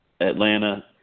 Atlanta